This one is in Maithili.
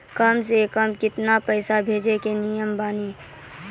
कम से कम केतना पैसा भेजै के नियम बानी?